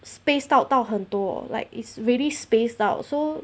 spaced out 到很多 like it's really spaced out so